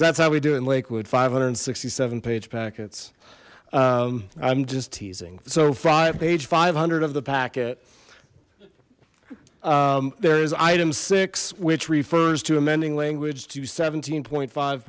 that's how we do in lakewood five hundred and sixty seven page packets i'm just teasing so five page five hundred of the packet there is item six which refers to amending language to seventeen point five